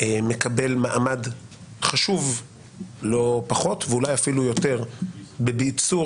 מקבל מעמד חשוב לא פחות ואולי אפילו יותר בביצורה